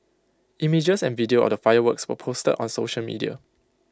images and video of the fireworks were posted on social media